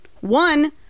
one